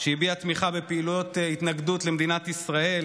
שהביע תמיכה בפעילויות התנגדות למדינת ישראל,